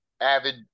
avid